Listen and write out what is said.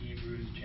Hebrews